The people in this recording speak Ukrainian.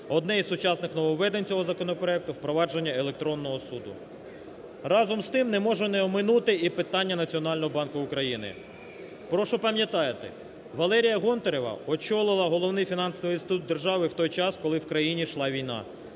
Одне із сучасних нововведень цього законопроекту впровадження електронного суду. Разом з тим не можу не оминути і питання Національного банку України. Прошу пам'ятати, Валерія Гонтарева очолила головний фінансовий інститут держави у той час, коли в країні йшла війна.